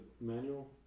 manual